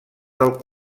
del